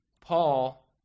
Paul